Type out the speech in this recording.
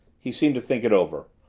he seemed to think it over.